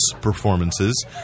performances